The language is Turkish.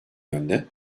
yönde